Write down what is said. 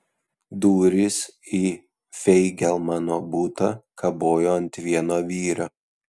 durys į feigelmano butą kabojo ant vieno vyrio